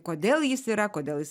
kodėl jis yra kodėl jis